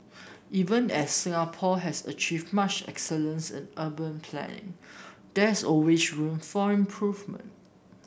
even as Singapore has achieved much excellence in urban planning there is always room for improvement